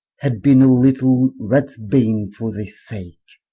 had bin a little rats-bane for thy sake.